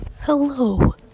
Hello